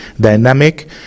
dynamic